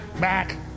back